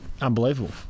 unbelievable